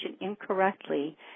incorrectly